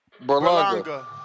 Berlanga